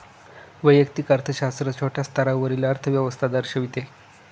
वैयक्तिक अर्थशास्त्र छोट्या स्तरावरील अर्थव्यवस्था दर्शविते